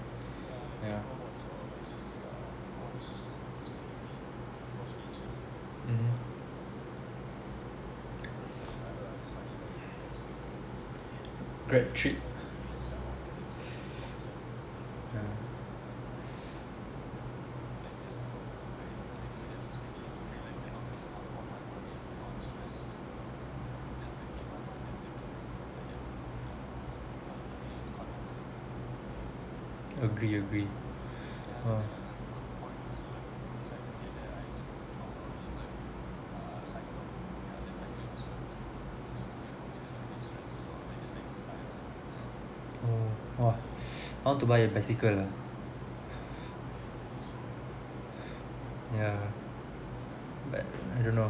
yeah mmhmm grad trip yeah agree agree ah oh ah I want to buy a bicycle ah yeah but I don't know